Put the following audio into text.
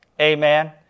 Amen